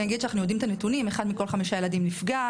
אני אגיד שאנחנו יודעים את הנתונים: אחד מכל חמישה ילדים נפגע,